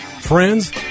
Friends